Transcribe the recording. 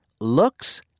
looks